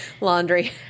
Laundry